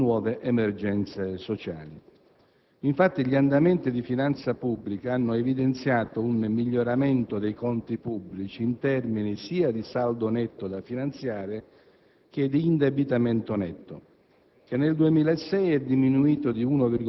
verso le fasce più deboli e le nuove emergenze sociali. Infatti, gli andamenti di finanza pubblica hanno evidenziato un miglioramento dei conti pubblici in termini sia di saldo netto della finanziaria che di indebitamento netto,